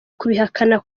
kubihakana